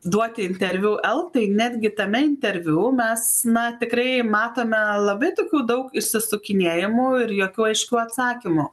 duoti interviu eltai netgi tame interviu mes na tikrai matome labai tokių daug išsisukinėjimų ir jokių aiškių atsakymų